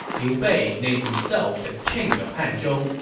liu bei named himself the king of hanzhong,